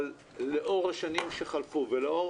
אבל לאור השנים שחלפו ולאור